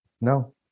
No